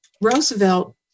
Roosevelt